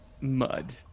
mud